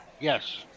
Yes